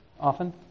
often